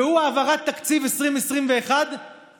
והיא העברת תקציב 2021 עכשיו.